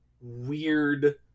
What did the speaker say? weird